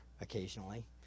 occasionally